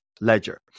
Ledger